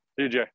DJ